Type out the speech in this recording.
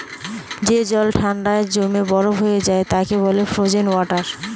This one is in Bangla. যে জল ঠান্ডায় জমে বরফ হয়ে যায় তাকে বলে ফ্রোজেন ওয়াটার